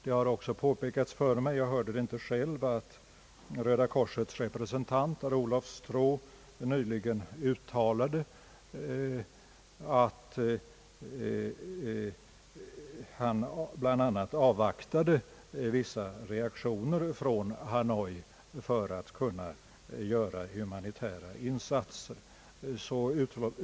Det har också påpekats för mig — jag hörde det inte själv — att Röda korsets representant Olof Stroh, nyligen uttalade att han bl.a. avvaktade vissa reaktioner från Hanoi för att kunna göra humanitära insatser.